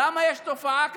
למה יש תופעה כזאת,